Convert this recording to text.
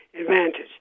advantage